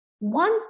One